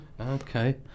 Okay